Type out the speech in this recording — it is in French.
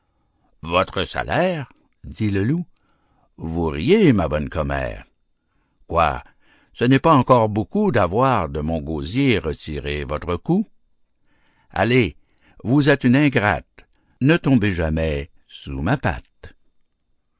votre salaire dit le loup vous riez ma bonne commère quoi ce n'est pas encor beaucoup d'avoir de mon gosier retiré votre cou allez vous êtes une ingrate ne tombez jamais sous ma patte